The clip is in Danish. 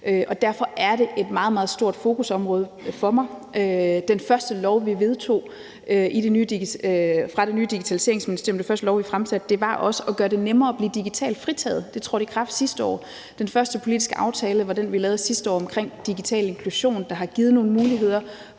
Derfor er det et meget, meget stort fokusområde for mig. Det første lovforslag, vi fremsatte i det nye Digitaliseringsministerium handlede om at gøre det nemmere at blive digitalt fritaget. Det trådte i kraft sidste år. Den første politiske aftale var den, vi lavede sidste år omkring digital inklusion, der har givet nogle muligheder